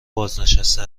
بازنشسته